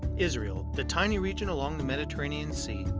israel, the tiny region along the mediterranean sea,